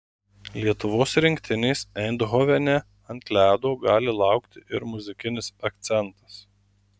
lietuvos rinktinės eindhovene ant ledo gali laukti ir muzikinis akcentas